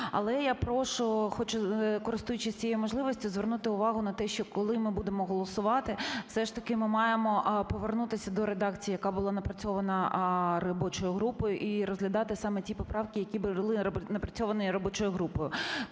Але я прошу, користуючись цією можливістю, звернути увагу на те, що коли ми будемо голосувати, все ж таки ми маємо повернутися до редакції, яка була напрацьована робочою групою, і розглядати саме ті поправки, які були напрацьовані робочою групою.